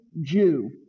Jew